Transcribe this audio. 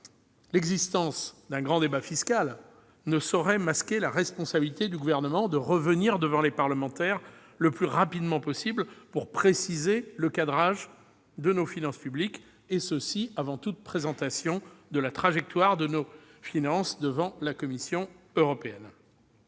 L'existence d'un grand débat fiscal ne saurait masquer la responsabilité du Gouvernement de revenir devant les parlementaires le plus rapidement possible pour préciser le cadrage de nos finances publiques, et ce avant toute présentation de la trajectoire de nos finances publiques devant la Commission européenne.